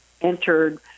entered